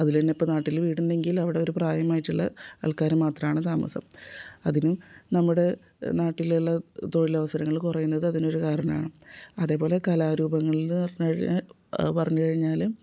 അതിൽ തന്നെ ഇപ്പം നാട്ടിൽ വീട് ഉണ്ടെങ്കിൽ അവിടൊരു പ്രായമായിട്ടുള്ള ആൾക്കാർ മാത്രമാണ് താമസം അതിന് നമ്മുടെ നാട്ടിലുള്ള തൊഴിലവസരങ്ങൾ കുറയുന്നത് അതിനൊരു കാരണമാണ് അതേ പോലെ കലാരൂപങ്ങൾ എന്ന് പറഞ്ഞ് കഴി പറഞ്ഞ് കഴിഞ്ഞാൽ